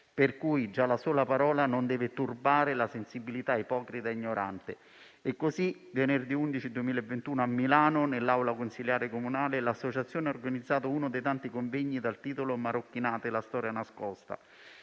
per cui già la sola parola non deve turbare la sensibilità ipocrita e ignorante. Così, venerdì 11 giugno 2021, a Milano, nell'aula consiliare comunale, l'associazione aveva organizzato uno dei tanti convegni dal titolo «Marocchinate: la storia nascosta»,